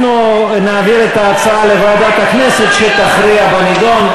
אנחנו נעביר את ההצעה לוועדת הכנסת שתכריע בנדון,